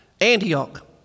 Antioch